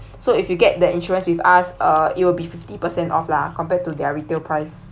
so if you get the interest with us or it will be fifty percent off lah compared to their retail price